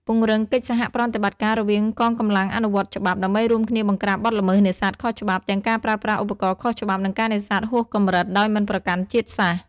ពង្រឹងកិច្ចសហប្រតិបត្តិការរវាងកងកម្លាំងអនុវត្តច្បាប់ ដើម្បីរួមគ្នាបង្ក្រាបបទល្មើសនេសាទខុសច្បាប់ ទាំងការប្រើប្រាស់ឧបករណ៍ខុសច្បាប់ និងការនេសាទហួសកម្រិត ដោយមិនប្រកាន់ជាតិសាសន៍។